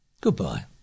Goodbye